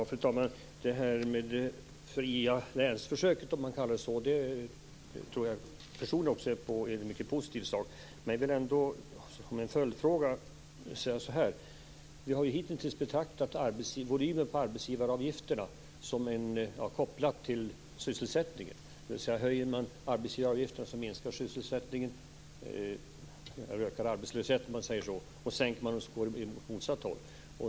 Fru talman! Försöket med frilän tror jag personligen också är en mycket positiv sak. Jag har ändå en följdfråga. Vi har hitintills betraktat volymen på arbetsgivaravgifterna som kopplad till sysselsättningen. Höjer man arbetsgivaravgifterna minskar alltså sysselsättningen, eller ökar arbetslösheten, och sänker man dem går det åt motsatt håll.